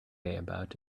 about